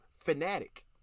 fanatic